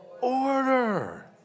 order